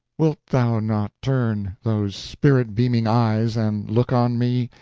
wilt thou not turn those spirit-beaming eyes and look on me.